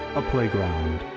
a playground,